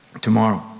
tomorrow